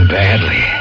badly